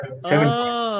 seven